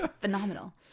Phenomenal